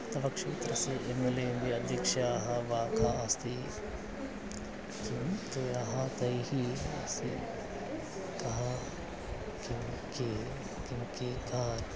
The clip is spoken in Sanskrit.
तव क्षेत्रस्य एम् एल् एम्बि अध्यक्षः वा कः अस्ति किं त्वया तैः असि कः किं के किं के का